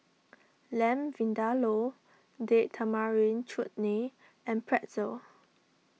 Lamb Vindaloo Date Tamarind Chutney and Pretzel